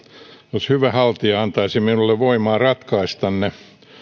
jos hyvä haltija antaisi minulle voimaa ratkaista ne